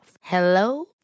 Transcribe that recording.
Hello